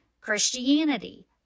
Christianity